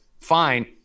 fine